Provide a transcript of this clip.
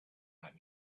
out